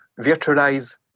virtualize